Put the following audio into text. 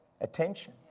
attention